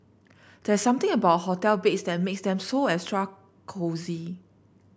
there's something about hotel beds that makes them so extra cosy